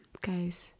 guys